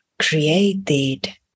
created